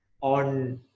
on